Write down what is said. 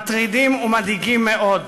מטרידים ומדאיגים מאוד.